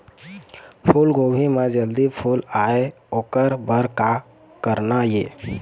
फूलगोभी म जल्दी फूल आय ओकर बर का करना ये?